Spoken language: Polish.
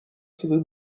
cudzych